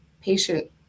patient